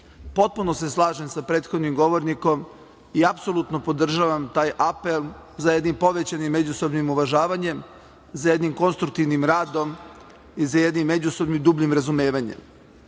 Potpuno se slažem sa prethodnim govornikom i apsolutno podržavam taj apel za jednim povećanim međusobnim uvažavanjem, za jednim konstruktivnim radom i za jednim međusobnim i dubljim razumevanjem.U